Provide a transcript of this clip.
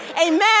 Amen